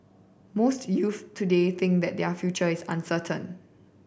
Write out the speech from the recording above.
most youths today think that their future is uncertain